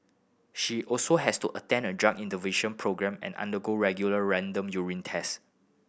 she also has to attend a drug intervention programme and undergo regular random urine test